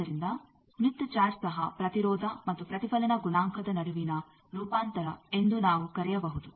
ಆದ್ದರಿಂದ Smith chart ಸಹ ಪ್ರತಿರೋಧ ಮತ್ತು ಪ್ರತಿಫಲನ ಗುಣಾಂಕದ ನಡುವಿನ ರೂಪಾಂತರ ಎಂದು ನಾವು ಕರೆಯಬಹುದು